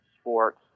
sports